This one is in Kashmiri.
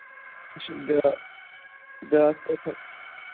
اَچھا بیٛا بیٛاکھ کَتھ اکھ